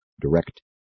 direct